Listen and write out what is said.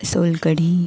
solkadhi